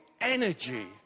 energy